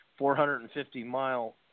450-mile